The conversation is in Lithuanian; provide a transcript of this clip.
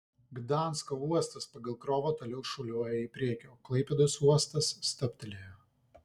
gdansko uostas pagal krovą toliau šuoliuoja į priekį o klaipėdos uostas stabtelėjo